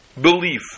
belief